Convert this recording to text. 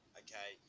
okay